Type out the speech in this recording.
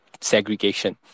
segregation